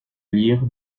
lire